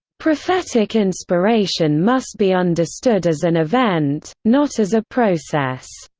prophetic inspiration must be understood as an event, not as a process.